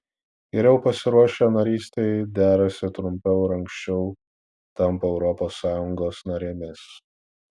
geriau pasiruošę narystei derasi trumpiau ir anksčiau tampa europos sąjungos narėmis